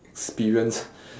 experience